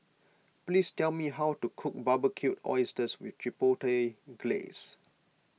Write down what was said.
please tell me how to cook Barbecued Oysters with Chipotle Glaze